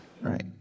Right